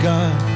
God